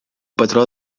patró